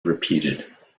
repeated